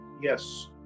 Yes